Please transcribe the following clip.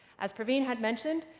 as praveen had mentioned,